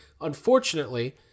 Unfortunately